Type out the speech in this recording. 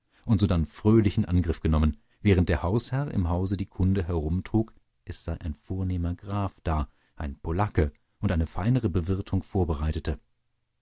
und sodann fröhlich in angriff genommen während der hausherr im hause die kunde herumtrug es sei ein vornehmer graf da ein polacke und eine feinere bewirtung vorbereitete